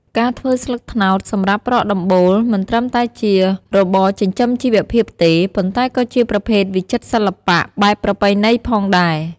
ការធ្វើ ស្លឹកត្នោតសម្រាប់ប្រក់ដំបូល មិនត្រឹមតែជារបរចិញ្ចឹមជីវភាពទេ ប៉ុន្តែក៏ជាប្រភេទវិចិត្រសិល្បៈបែបប្រពៃណីផងដែរ។